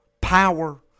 power